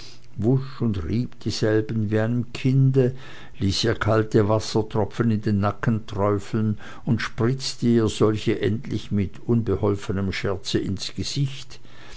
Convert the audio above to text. wusch und rieb dieselben wie einem kinde ließ ihr kalte wassertropfen in den nacken träufeln und spritzte ihr solche endlich mit unbeholfenem scherze ins gesicht